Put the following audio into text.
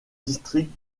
districts